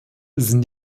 sind